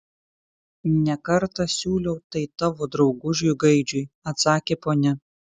ne kartą siūliau tai tavo draugužiui gaidžiui atsakė ponia